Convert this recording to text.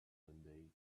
mundane